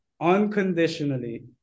unconditionally